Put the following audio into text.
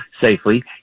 safely